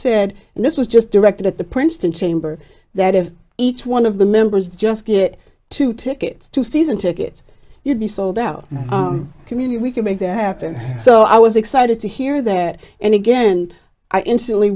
and this was just directed at the princeton chamber that if each one of the members just get two tickets to season tickets you'd be sold out community we can make that happen so i was excited to hear that and again i instantly